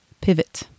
pivot